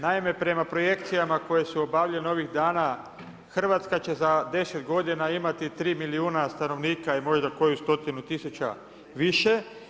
Naime, prema projekcijama koje su obavljene ovih dana Hrvatska će za deset godina imati tri milijuna stanovnika i možda koju stotinu tisuća više.